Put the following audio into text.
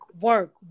work